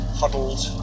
huddled